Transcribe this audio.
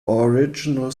original